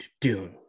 Dune